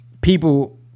people